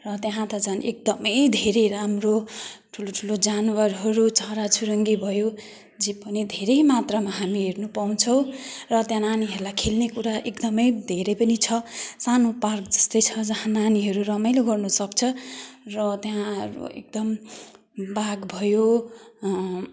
र त्यहाँ त झन् एकदमै धेरै राम्रो ठुलो ठुलो जनावरहरू चराचुरूङ्गी भयो जे पनि धेरै मात्रामा हामी हेर्नु पाउँछौँ र त्यहाँ नानीहरूलाई खेल्ने कुरा एकदमै धेरै पनि छ सानो पार्क जस्तै छ जहाँ नानीहरू रमाइलो गर्नसक्छ र त्यहाँ एकदम बाघ भयो